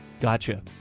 Gotcha